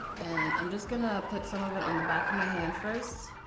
and i'm just gonna put some of it on the back of my hand first.